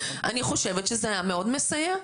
אני חושבת שזה היה מאוד מסייע,